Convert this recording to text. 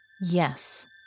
Yes